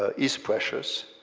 ah is precious.